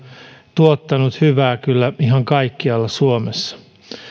tuottanut hyvää ihan kaikkialla suomessa